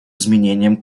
изменением